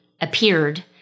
appeared